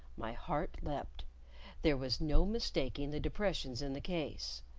my heart leapt there was no mistaking the depressions in the case.